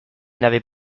n’avait